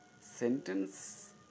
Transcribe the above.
Sentence